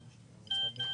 ולדימיר,